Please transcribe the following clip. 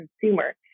consumer